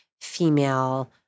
female